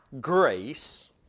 grace